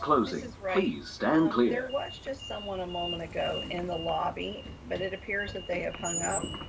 mrs. wright um there was just someone a moment ago in the lobby, but it appears that they have hung up.